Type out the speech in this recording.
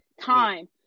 time